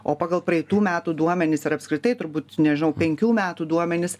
o pagal praeitų metų duomenis ir apskritai turbūt nežinau penkių metų duomenis